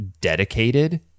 dedicated